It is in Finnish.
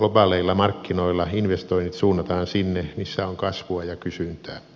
globaaleilla markkinoilla investoinnit suunnataan sinne missä on kasvua ja kysyntää